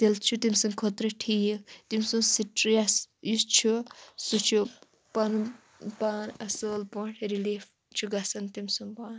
تیٚلہِ چھُ تٔمۍ سٕنٛدۍ خٲطرٕ ٹھیٖک تٔمۍ سُنٛد سِٹرٛیس یہِ چھُ سُہ چھُ پنُن پان اَصٕل پٲٹھۍ رِلیٖف چھُ گَژھان تٔمۍ سُنٛد پان